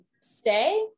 stay